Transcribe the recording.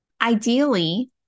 Ideally